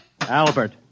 Albert